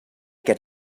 get